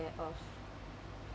of